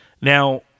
Now